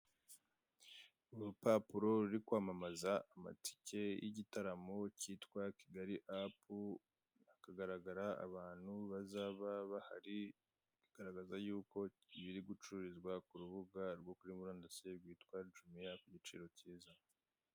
Urupapuro ruri kwamamaza amatike y'igitaramo cyitwa Kigali apu hakagaragara abantu bazaba bahari bagaragaza y' uko iboi biri gucururizwa k'urubuga rwo murandasi rwitwa Jimiya ku giciro kiza.